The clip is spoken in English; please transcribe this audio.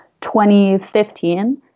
2015